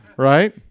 Right